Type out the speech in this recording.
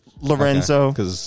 Lorenzo